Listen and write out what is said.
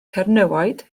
cernywiaid